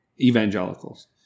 evangelicals